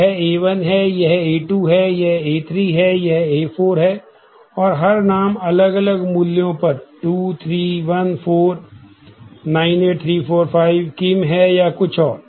तो यह A1 है यह A2 है यह A3 है यह A4 है और हर नाम अलग अलग मूल्यों पर 2 3 1 4 98345 किम है या कुछ और